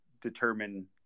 determine